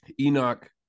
Enoch